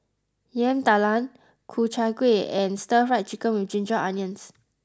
Yam Talam Ku Chai Kueh and Stir Fried Chicken with Ginger Onions